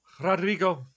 Rodrigo